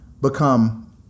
become